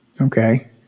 Okay